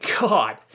God